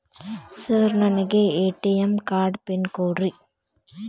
Sir ನನಗೆ ATM card PIN ಕೊಡ್ರಿ?